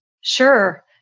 Sure